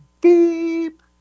Beep